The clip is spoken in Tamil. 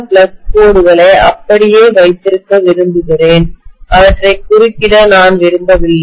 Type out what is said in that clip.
ஃப்ளக்ஸ் கோடுகளை அப்படியே வைத்திருக்க விரும்புகிறேன் அவற்றை குறுக்கிட நான் விரும்பவில்லை